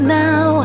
now